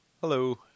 Hello